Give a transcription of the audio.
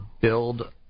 build